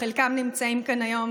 חלקם נמצאים כאן היום,